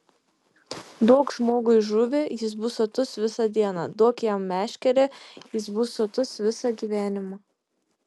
duok žmogui žuvį jis bus sotus visą dieną duok jam meškerę jis bus sotus visą gyvenimą